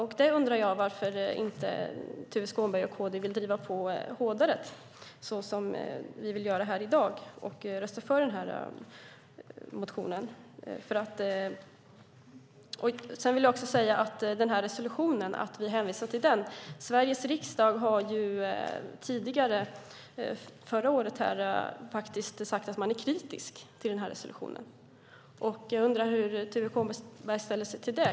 Jag undrar varför inte Tuve Skånberg och KD vill driva på hårdare, såsom vi vill göra här i dag, och rösta för motionen. När det gäller att vi hänvisar till resolutionen vill jag säga att Sveriges riksdag förra året sade att man var kritisk till resolutionen. Jag undrar hur Tuve Skånberg ställer sig till det.